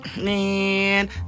man